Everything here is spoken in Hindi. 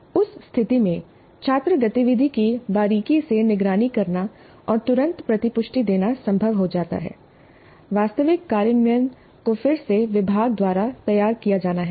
उस स्थिति में छात्र गतिविधि की बारीकी से निगरानी करना और तुरंत प्रतिपुष्टि देना संभव हो जाता है वास्तविक कार्यान्वयन को फिर से विभाग द्वारा तैयार किया जाना है